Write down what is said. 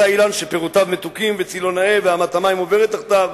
אילן שפירותיו מתוקים וצלו נאה ואמת המים עוברת תחתיו.